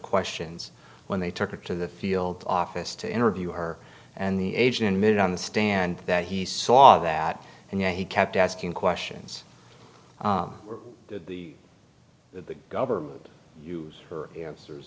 questions when they took her to the field office to interview her and the agent in mid on the stand that he saw that and yet he kept asking questions did the the government use her answers